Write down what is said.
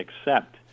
accept